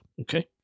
okay